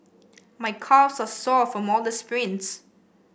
my calves are sore from all the sprints